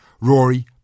Rory